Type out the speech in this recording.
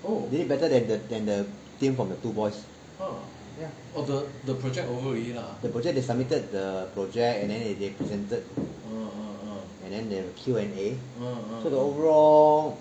they did better than the than the team from the two boys ya the project they submitted the project and then they they presented and then they have a Q&A so the overall